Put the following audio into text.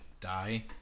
die